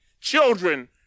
children